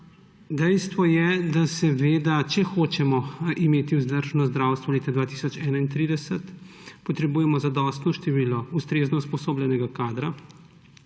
Dejstvo je, da če hočemo imeti vzdržno zdravstvo leta 2031, potrebujemo zadostno število ustrezno usposobljenega kadra,